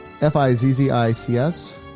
F-I-Z-Z-I-C-S